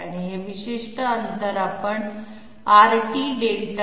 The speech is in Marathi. आणि हे विशिष्ठ अंतर आपण Rt